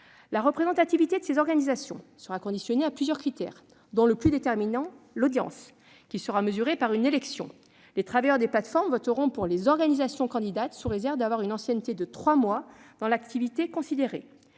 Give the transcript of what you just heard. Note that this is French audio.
La représentativité de ces organisations sera conditionnée au respect de plusieurs critères, dont le plus déterminant sera l'audience, laquelle sera mesurée par une élection. Les travailleurs des plateformes voteront pour les organisations candidates, sous réserve d'avoir une ancienneté de trois mois dans l'activité considérée.